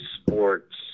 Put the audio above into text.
Sports